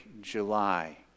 July